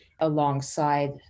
Alongside